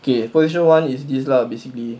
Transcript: okay position one is this lah basically